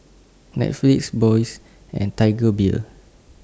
Netflix Bose and Tiger Beer